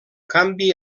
canvi